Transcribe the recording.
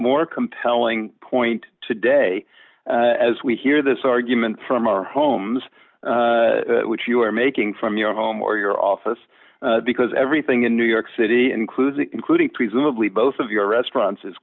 more compelling point today as we hear this argument from our homes which you are making from your home or your office because everything in new york city includes it including presumably both of your restaurants is